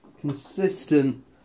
consistent